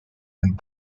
and